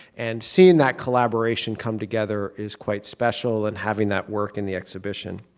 and seeing that collaboration come together is quite special and having that work in the exhibition.